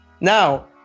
Now